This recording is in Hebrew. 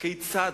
הכיצד?